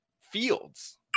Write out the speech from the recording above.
fields